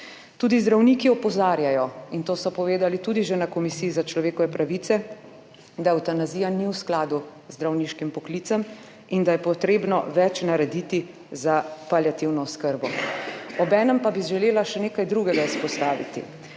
Tudi zdravniki opozarjajo, in to so povedali tudi že na Komisiji za človekove pravice, da evtanazija ni v skladu z zdravniškim poklicem in da je treba več narediti za paliativno oskrbo. Obenem pa bi želela izpostaviti